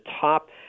top